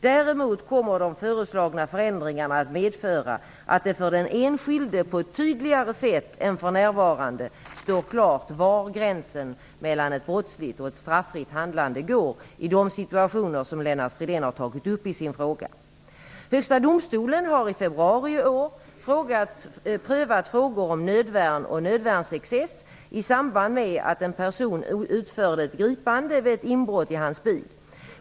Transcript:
Däremot kommer de föreslagna förändringarna att medföra att det för den enskilde på ett tydligare sätt än för närvarande står klart var gränsen mellan ett brottsligt och ett straffritt handlande går i de situationer som Lennart Fridén har tagit upp i sin fråga. Högsta domstolen har i februari i år prövat frågor om nödvärn och nödvärnsexcess i samband med att en person utförde ett gripande vid ett inbrott i hans bil.